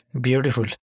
Beautiful